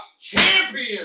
champion